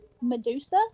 Medusa